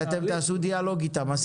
אתם תעשו דיאלוג איתם.